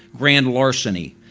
grand larceny,